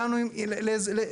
הגענו לאיזה,